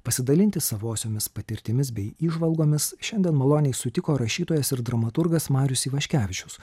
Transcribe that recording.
pasidalinti savosiomis patirtimis bei įžvalgomis šiandien maloniai sutiko rašytojas ir dramaturgas marius ivaškevičius